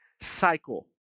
cycle